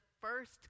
first